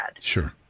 Sure